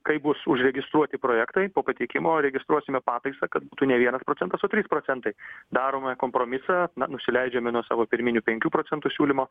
kaip bus užregistruoti projektai po pateikimo registruosime pataisą kad būtų ne vienas procentas o trys procentai darome kompromisą na nusileidžiame nuo savo pirminių penkių procentų siūlymo